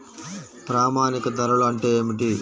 ప్రామాణిక ధరలు అంటే ఏమిటీ?